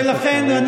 ולכן,